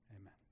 Amen